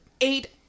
eight